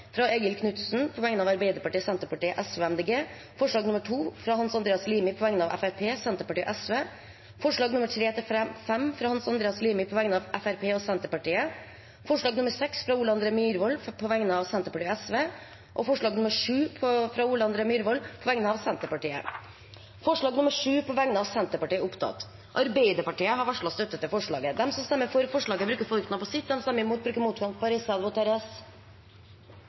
fra Eigil Knutsen på vegne av Arbeiderpartiet, Senterpartiet, Sosialistisk Venstreparti og Miljøpartiet De Grønne forslag nr. 2, fra Hans Andreas Limi på vegne av Fremskrittspartiet, Senterpartiet og Sosialistisk Venstreparti forslagene nr. 3–5, fra Hans Andreas Limi på vegne av Fremskrittspartiet og Senterpartiet forslag nr. 6, fra Ole André Myhrvold på vegne av Senterpartiet og Sosialistisk Venstreparti forslag nr. 7, fra Ole André Myhrvold på vegne av Senterpartiet Det voteres